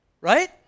right